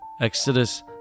Exodus